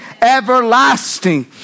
everlasting